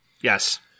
Yes